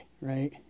right